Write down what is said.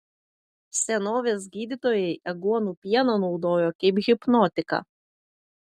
senovės gydytojai aguonų pieną naudojo kaip hipnotiką